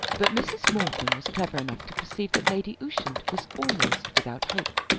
but mrs. morton was clever enough to perceive that lady ushant was almost without hope.